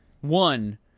One